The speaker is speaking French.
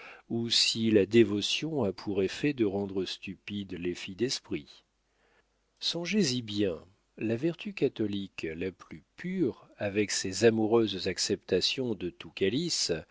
ou si la dévotion a pour effet de rendre stupides les filles d'esprit songez-y bien la vertu catholique la plus pure avec ses amoureuses acceptations de